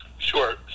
Sure